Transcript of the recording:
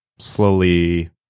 slowly